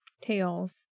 tails